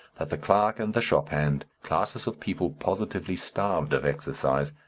that the clerk and the shop hand, classes of people positively starved of exercise,